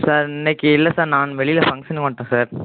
sir இன்றைக்கி இல்லை sir நானு வெளியில் ஃபங்க்ஷனுக்கு வந்துட்டேன் சார்